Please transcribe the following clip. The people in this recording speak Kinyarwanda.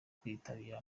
kutitabira